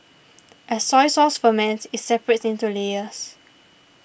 as soy sauce ferments it separates into layers